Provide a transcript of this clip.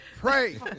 Pray